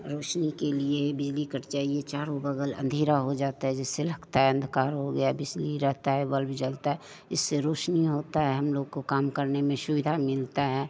रोशनी के लिए बिजली कट जाइए चारों बगल अंधेरा हो जाता है जैसे लगता है अंधकार हो गया है बिजली रहता है बल्ब जलता है इससे रोशनी होता है हम लोग को काम करने में सुविधा मिलता है